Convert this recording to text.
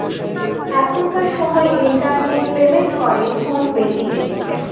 এখনকার সময় internet payment করে ফোন পে দিয়ে